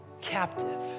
Captive